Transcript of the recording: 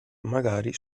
magari